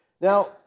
Now